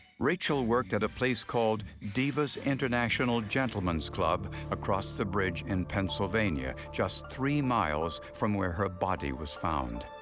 rachel worked at a place called divas international gentlemen's club across the bridge in pennsylvania, just three miles from where her body was found.